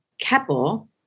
Keppel